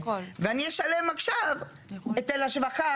ואני אשלם עכשיו היטל השבחה,